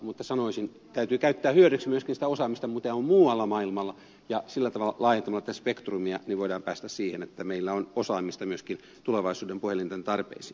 mutta sanoisin että täytyy käyttää hyödyksi myöskin sitä osaamista mitä on muualla maailmalla ja laajentamalla sillä tavalla tätä spektrumia voidaan päästä siihen että meillä on osaamista myöskin tulevaisuuden puhelinten tarpeisiin